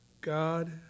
God